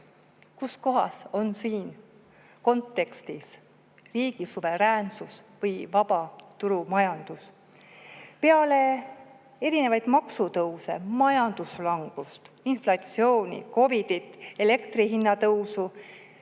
Kus kohas on siin kontekstis riigi suveräänsus või vabaturumajandus? Peale erinevaid maksutõuse, majanduslangust, inflatsiooni, COVID-it, elektri hinna tõusu